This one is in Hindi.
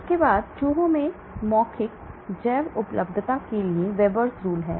फिर चूहों में मौखिक जैव उपलब्धता के लिए Veber rule है